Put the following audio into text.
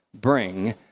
bring